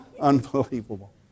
Unbelievable